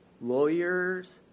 lawyers